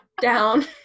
down